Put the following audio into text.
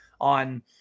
on